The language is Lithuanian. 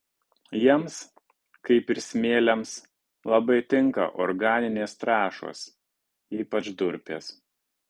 jiems kaip ir smėliams labai tinka organinės trąšos ypač durpės